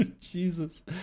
Jesus